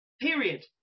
Period